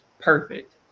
perfect